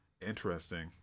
interesting